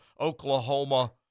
Oklahoma